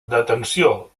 detenció